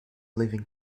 living